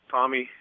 Tommy